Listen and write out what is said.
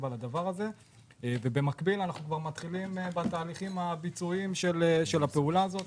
במקביל אנחנו מתחילים בתהליכים הביצועיים של הפעולה הזאת.